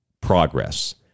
progress